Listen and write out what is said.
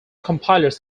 compilers